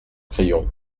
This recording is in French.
crayon